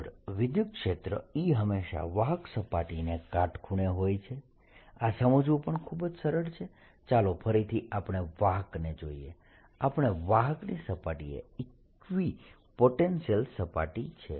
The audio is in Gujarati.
આગળ વિદ્યુતક્ષેત્ર E હંમેશાં વાહક સપાટીને કાટખૂણે હોય છે આ સમજવું પણ ખૂબ જ સરળ છે ચાલો ફરીથી આપણે વાહકને જોઈએ આપણે વાહકની સપાટી એ ઇકવીપોટેન્શિયલ સપાટી છે